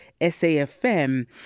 SAFM